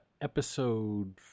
episode